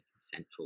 central